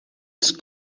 els